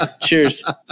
Cheers